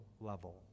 level